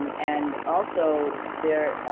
um and also they're,